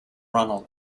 ronald